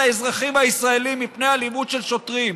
האזרחים הישראלים מפני אלימות של שוטרים,